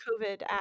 COVID